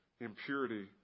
Impurity